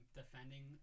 defending